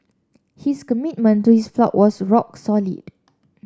his commitment to his flock was rock solid